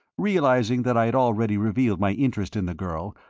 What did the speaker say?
realizing that i had already revealed my interest in the girl,